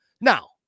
Now